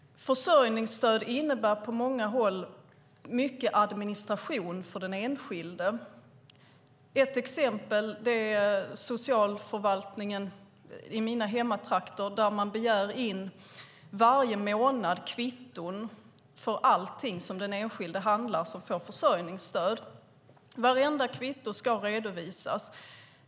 Försörjningsstöd innebär på många håll mycket administration för den enskilde. Ett exempel är att socialförvaltningen i mina hemtrakter varje månad begär in kvitton för allting som den enskilde som får försörjningsstöd handlar. Vartenda kvitto ska redovisas.